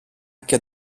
και